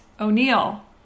O'Neill